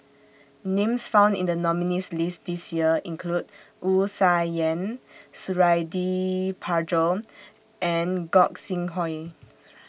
Names found in The nominees' list This Year include Wu Tsai Yen Suradi Parjo and Gog Sing Hooi